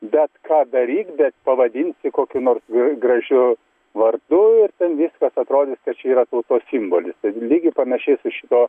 bet ką daryk bet pavadinsi kokiu nors gražiu vardu viskas atrodys kad čia yra tautos simbolis lygiai panašiai su šituo